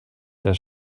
der